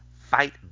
fight